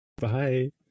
Bye